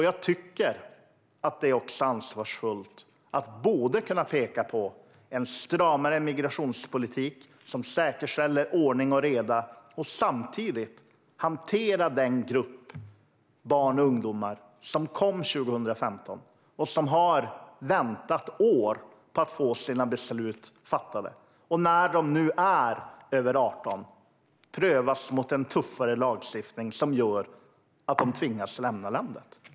Jag tycker att det är ansvarsfullt att både kunna peka på en stramare migrationspolitik som säkerställer ordning och reda och samtidigt hantera den grupp barn och ungdomar som kom 2015 och som har väntat i flera år på att beslut ska fattas. När de nu är över 18 prövas de mot en tuffare lagstiftning som gör att de tvingas lämna landet.